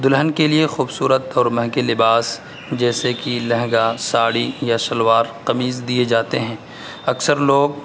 دلہن کے لیے خوبصورت اور مہنگے لباس جیسے کہ لہنگا ساڑھی یا شلوار قمیض دیے جاتے ہیں اکثر لوگ